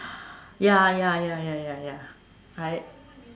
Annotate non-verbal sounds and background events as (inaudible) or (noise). (breath) ya ya ya ya ya I